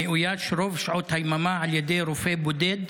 המאויש רוב שעות היממה על ידי רופא בודד,